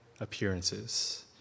appearances